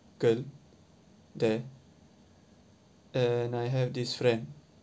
girl there and I have this friend